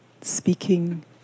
speaking